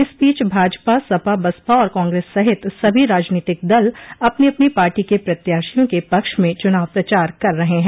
इस बीच भाजपा सपा बसपा और कांग्रेस सहित सभी राजनीतिक दल अपनी अपनी पार्टी के प्रत्याशियों के पक्ष में च्रनाव प्रचार कर रहे हैं